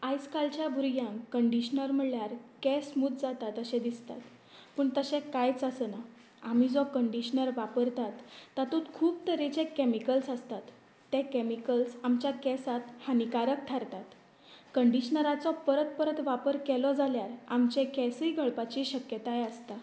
आयज कालच्या भुरग्यांक कंडिश्नर म्हणल्यार केंस स्मूद जातात अशें दिसता पूण तशें कांयच आसना आमी जो कंडिश्नर वापरतात तातूंत खूब तरेचे कॅमिकल्स आसतात तें कॅमिकल्स आमच्या केंसात हानिकारक थारतात कंडिश्नराचो परत परत वापर केलो जाल्यार आमचे केंसूय गळपाची शक्यताय आसता